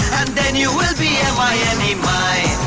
and then you'll be and like i mean mine.